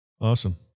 awesome